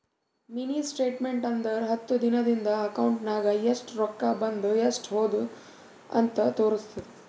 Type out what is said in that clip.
mini statement ಅಂದುರ್ ಹತ್ತು ದಿನಾ ನಿಂದ ಅಕೌಂಟ್ ನಾಗ್ ಎಸ್ಟ್ ರೊಕ್ಕಾ ಬಂದು ಎಸ್ಟ್ ಹೋದು ಅಂತ್ ತೋರುಸ್ತುದ್